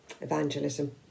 evangelism